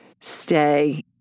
stay